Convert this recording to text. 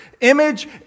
Image